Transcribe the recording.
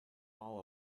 all